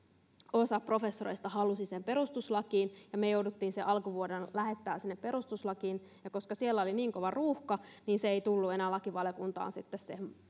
osa professoreista halusi sen perustuslakivaliokuntaan ja me jouduimme sen alkuvuonna lähettämään sinne perustuslakivaliokuntaan ja koska siellä oli niin kova ruuhka niin se ei tullut enää lakivaliokuntaan sitten